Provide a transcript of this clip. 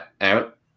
out